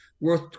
worth